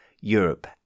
Europe